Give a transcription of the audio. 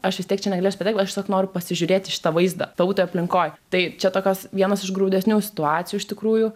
aš vis tiek čia negalėsiu patekt bet aš tiesiog noriu pasižiūrėt į šitą vaizdą pabūt toj aplinkoj tai čia tokios vienas iš graudesnių situacijų iš tikrųjų